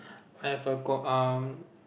I've a co~ um